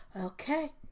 Okay